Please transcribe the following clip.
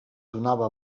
donava